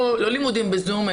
לא לימודים בזום,